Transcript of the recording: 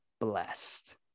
blessed